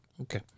Okay